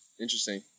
Interesting